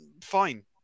fine